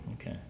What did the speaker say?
Okay